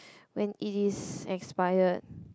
when it is expired